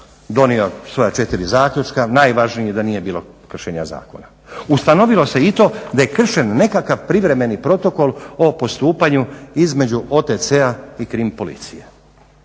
donio svoja četiri zaključka. Najvažnije da nije bilo kršenja zakona. Ustanovilo se i to da je kršen nekakav privremeni protokol o postupanju između OTC-a i Krim policije.